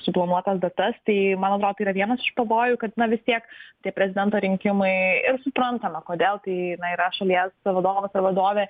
suplanuotas datas tai man atro tai yra vienas iš pavojų kad na vis tiek tie prezidento rinkimai ir suprantama kodėl tai na yra šalies vadovas ar vadovė